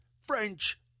French